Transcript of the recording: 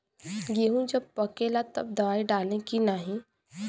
गेहूँ जब पकेला तब दवाई डाली की नाही?